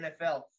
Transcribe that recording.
NFL